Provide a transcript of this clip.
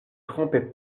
trompait